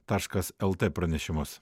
taškas lt pranešimus